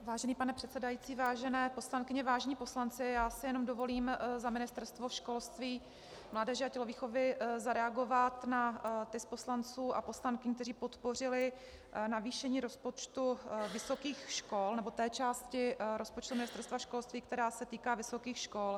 Vážený pane předsedající, vážené poslankyně, vážení poslanci, já si jenom dovolím za Ministerstvo školství, mládeže a tělovýchovy zareagovat na ty z poslanců a poslankyň, kteří podpořili navýšení rozpočtu vysokých škol, té části rozpočtu Ministerstva školství, která se týká vysokých škol.